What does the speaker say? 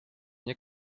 nie